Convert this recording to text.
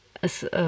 Es